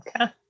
Okay